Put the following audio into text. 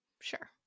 Sure